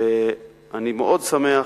אני שמח